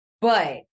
But-